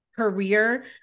career